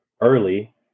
early